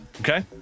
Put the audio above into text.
Okay